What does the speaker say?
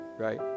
right